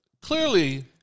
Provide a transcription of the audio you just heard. Clearly